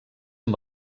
amb